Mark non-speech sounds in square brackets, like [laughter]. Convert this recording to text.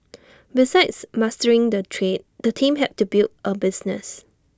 [noise] besides mastering the trade the team had to build A business